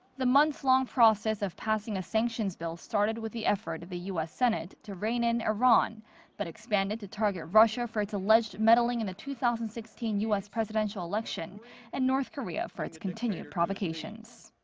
the months-long process of passing a sanctions bill started with the effort of the u s. senate to rein in iran but expanded to target russia for its alleged meddling in the two thousand and sixteen u s. presidential election and north korea for its continued provocations.